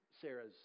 Sarah's